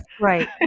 Right